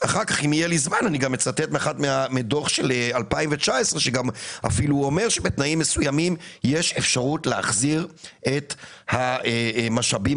דוח של 2019 אפילו אומר שיש אפשרות להחזיר את המשאבים